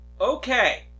Okay